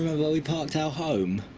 where we parked our home?